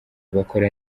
bakora